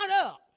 up